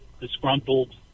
disgruntled